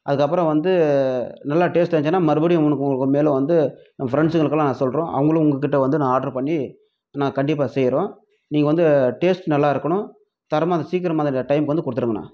அதுக்கப்புறம் வந்து நல்லா டேஸ்ட்டாக இருந்துச்சினால் மறுபடியும் உனக்கு உங்களுக்கு மேலும் வந்து என் ஃப்ரெண்ட்ஸுங்களுக்கெலாம் சொல்கிறோம் அவங்களும் உங்ககிட்ட வந்து நான் ஆர்ட்ரு பண்ணி நான் கண்டிப்பாக செய்கிறோம் நீங்கள் வந்து டேஸ்ட் நல்லாயிருக்கணும் தரமாக அந்த சீக்கிரமாக அந்த டைம்க்கு வந்து கொடுத்துருங்கண்ணா